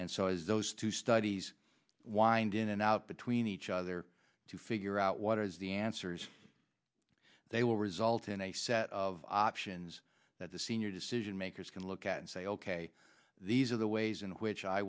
and so as those two studies wind in and out between each other to figure out what is the answers they will result in a set of options that the senior decision makers can look at and say ok these are the ways in which i